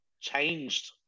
changed